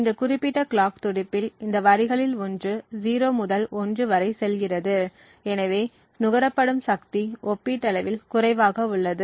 இந்த குறிப்பிட்ட கிளாக் துடிப்பில் இந்த வரிகளில் ஒன்று 0 முதல் 1 வரை செல்கிறது எனவே நுகரப்படும் சக்தி ஒப்பீட்டளவில் குறைவாக உள்ளது